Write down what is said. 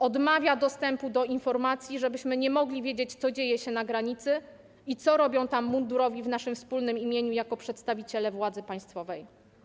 Odmawia dostępu do informacji, żebyśmy nie mogli wiedzieć, co dzieje się na granicy i co robią tam mundurowi w naszym wspólnym imieniu jako przedstawiciele władzy państwowej.